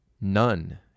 None